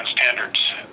standards